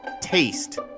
taste